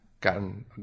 gotten